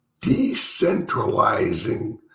decentralizing